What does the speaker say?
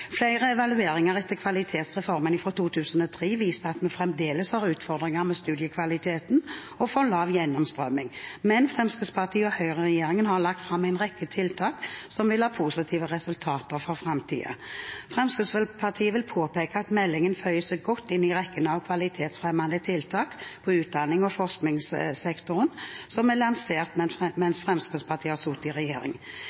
Flere evalueringer av Kvalitetsreformen fra 2003 viser at vi fremdeles har utfordringer med studiekvaliteten og for lav gjennomstrømming, men Fremskrittsparti–Høyre-regjeringen har lagt fram en rekke tiltak som vil ha positive resultater for framtiden. Fremskrittspartiet vil påpeke at meldingen føyer seg godt inn i rekken av kvalitetsfremmende tiltak på utdannings- og forskningssektoren som er lansert